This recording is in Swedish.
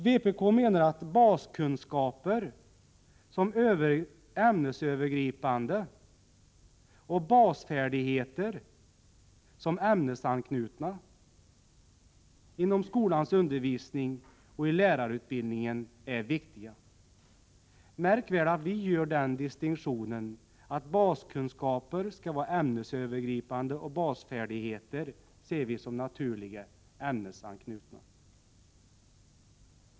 Vpk menar att ämnesövergripande baskunskaper och ämnesanknutna basfärdigheter inom skolans undervisning och i lärarutbildning är viktiga. Märk väl att vi gör den distinktionen att baskunskaper skall vara ämnesövergripande och basfärdigheter ser vi som naturligt ämnesanknutna.